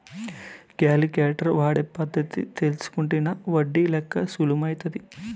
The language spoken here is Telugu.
కాలిక్యులేటర్ వాడే పద్ధతి తెల్సుకుంటినా ఒడ్డి లెక్క సులుమైతాది